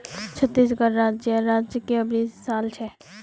छत्तीसगढ़ राज्येर राजकीय वृक्ष साल छे